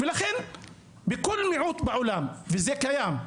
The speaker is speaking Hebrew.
ולכן בכל מיעוט בעולם וזה קיים,